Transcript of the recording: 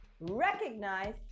recognize